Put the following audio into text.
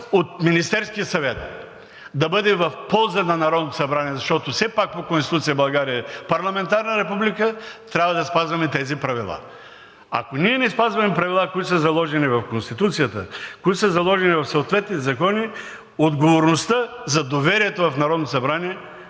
от Министерския съвет да бъде в полза на Народното събрание, защото все пак по Конституция България е парламентарна република, трябва да спазваме тези правила. Ако ние не спазваме правилата, които са заложени в Конституцията, които са заложени в съответните закони, отговорността за доверието в Народното събрание